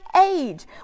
age